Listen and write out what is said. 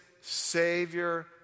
Savior